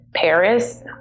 Paris